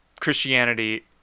christianity